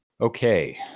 Okay